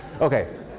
okay